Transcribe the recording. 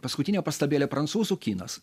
paskutinė pastabėlė prancūzų kinas